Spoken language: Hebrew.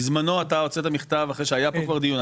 בזמנו אתה הוצאת מכתב אחרי שהיה פה כבר דיון.